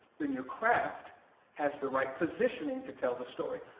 then your craft has the right positioning to tell the story.